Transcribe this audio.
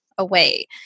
away